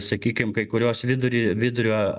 sakykim kai kurios vidurį vidurio